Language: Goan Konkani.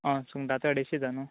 आं सुंगटाचो अड्डेशीच आहा न्हू